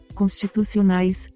constitucionais